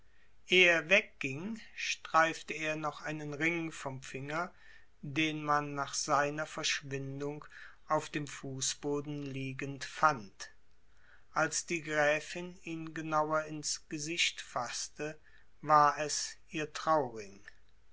er wegging streifte er noch einen ring vom finger den man nach seiner verschwindung auf dem fußboden liegend fand als die gräfin ihn genauer ins gesicht faßte war es ihr trauring